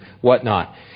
whatnot